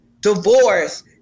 divorce